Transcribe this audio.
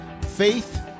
faith